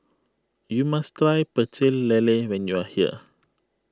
you must try Pecel Lele when you are here